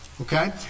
Okay